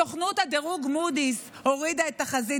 סוכנות הדירוג מודי'ס הורידה את תחזית